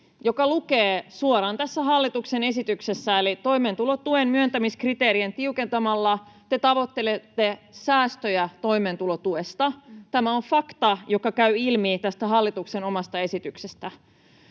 joka lukee suoraan tässä hallituksen esityksessä, eli toimeentulotuen myöntämiskriteerejä tiukentamalla te tavoittelette säästöjä toimeentulotuesta. Tämä on fakta, joka käy ilmi tästä hallituksen omasta esityksestä.